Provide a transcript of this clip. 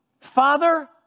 Father